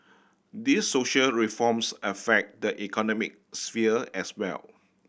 these social reforms affect the economic sphere as well